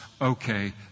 okay